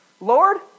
Lord